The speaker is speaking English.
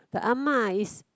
the Ah-Ma is